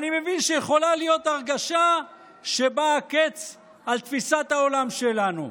אני מבין שיכולה להיות הרגשה שבא הקץ על תפיסת העולם שלנו.